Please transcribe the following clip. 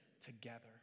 together